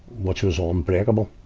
which was um unbreakable.